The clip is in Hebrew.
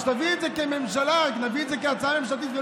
שנביא את זה כממשלה, שנביא את זה כהצעה ממשלתית,